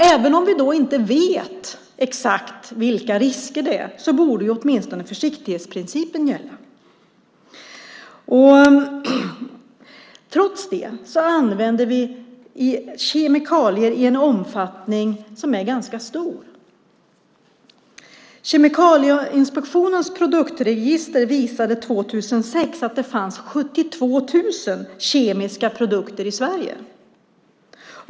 Även om vi inte vet exakt vilka riskerna är borde åtminstone försiktighetsprincipen gälla. Trots det använder vi kemikalier i en ganska stor omfattning. Kemikalieinspektionens produktregister visade 2006 att det fanns 72 000 kemiska produkter i Sverige.